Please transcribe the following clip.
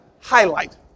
highlight